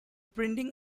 printing